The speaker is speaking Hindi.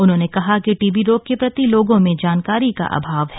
उन्होंने कहा कि टीबी रोग के प्रति लोगों में जानकारी का अभाव है